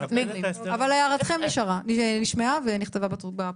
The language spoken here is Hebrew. הערתכם נשמעה ונכתבה בפרוטוקול.